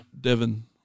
Devon